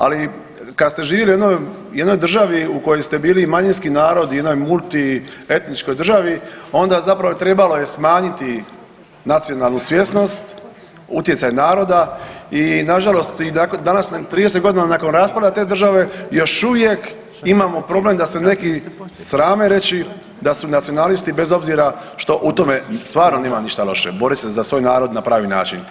Ali kad ste živjeli u jednoj državi u kojoj ste bili manjinski narod i jednoj multietničkoj državi onda zapravo trebalo je smanjiti nacionalnu svjesnost, utjecaj naroda i nažalost i danas 30 godina nakon raspada te države još uvijek imamo problem da se neki srame reći da su nacionalisti bez obzira što u tome stvarno nema ništa loše borit se za svoj narod na pravi način.